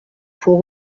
pour